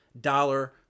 dollar